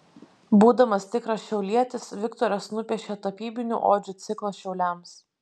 būdamas tikras šiaulietis viktoras nupiešė tapybinių odžių ciklą šiauliams